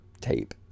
tape